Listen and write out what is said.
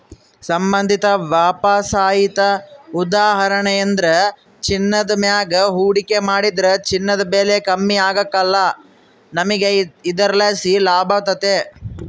ಸಂಬಂಧಿತ ವಾಪಸಾತಿಯ ಉದಾಹರಣೆಯೆಂದ್ರ ಚಿನ್ನದ ಮ್ಯಾಗ ಹೂಡಿಕೆ ಮಾಡಿದ್ರ ಚಿನ್ನದ ಬೆಲೆ ಕಮ್ಮಿ ಆಗ್ಕಲ್ಲ, ನಮಿಗೆ ಇದರ್ಲಾಸಿ ಲಾಭತತೆ